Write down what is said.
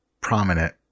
prominent